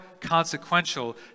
consequential